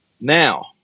Now